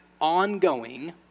ongoing